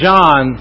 John